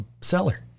seller